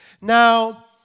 Now